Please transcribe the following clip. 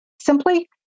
Simply